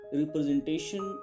representation